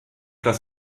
das